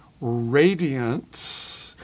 radiance